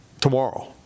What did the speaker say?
tomorrow